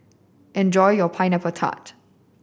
enjoy your Pineapple Tart